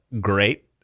great